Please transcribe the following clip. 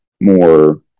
more